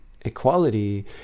equality